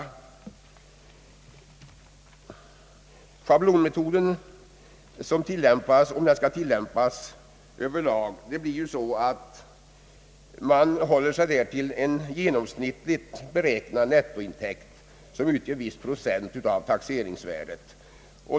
Om schablonmetoden skall tillämpas över lag utgår man från en genomsnittligt beräknad nettointäkt som utgör viss procent av taxeringsvärdet.